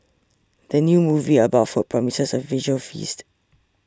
the new movie about food promises a visual feast